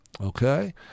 Okay